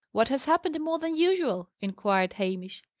what has happened more than usual? inquired hamish.